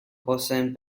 poseen